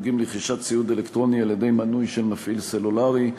הנוגעים לרכישת ציוד אלקטרוני על-ידי מנוי של מפעיל סלולרי.